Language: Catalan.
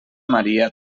maria